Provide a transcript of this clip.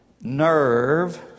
nerve